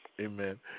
Amen